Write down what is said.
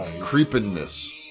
creepiness